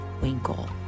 Winkle